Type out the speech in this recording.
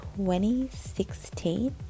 2016